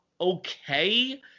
okay